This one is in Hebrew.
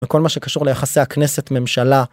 וכל מה שקשור ליחסי הכנסת-ממשלה.